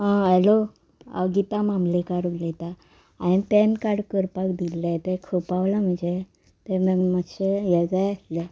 आ hello हांव गिता मामलेकार उलयतां हांवें पॅन कार्ड करपाक दिल्लें तें खंय पावलां म्हाजें तें मातशें हें जाय आसलें